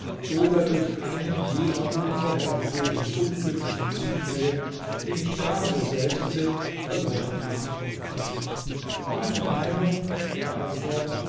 oder durch einen jener unvorhergesehenen unglücklichen zufälle die nicht gar so selten sind verloren haben meine meinung fuhr